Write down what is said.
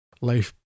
life